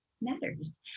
matters